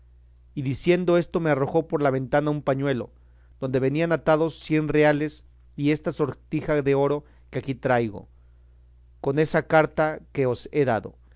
y diciendo esto me arrojó por la ventana un pañuelo donde venían atados cien reales y esta sortija de oro que aquí traigo con esa carta que os he dado